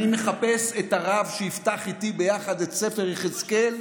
אני מחפש את הרב שיפתח איתי ביחד את ספר יחזקאל,